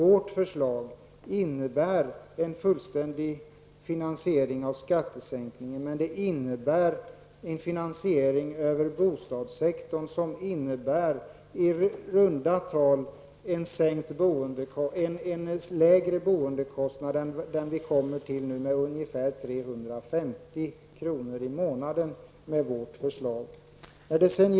Vårt förslag innebär en fullständig finansiering av skattesänkningen, men det innebär en finansiering över bostadssektorn som ger en lägre boendekostnad med i runda tal 350 kr. i månaden jämfört med den vi kommer att få nu.